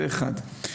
זה אחד.